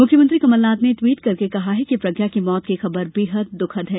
मुख्यमंत्री कमलनाथ ने टवीट करके कहा है कि प्रज्ञा की मौत की खबर बेहद दुःखद है